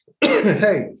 Hey